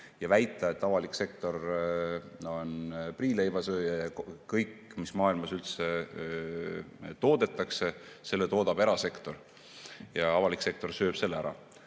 väita, et avalik sektor on priileivasööja ja et kõik, mis maailmas üldse toodetakse, toodab erasektor ja avalik sektor sööb selle ära.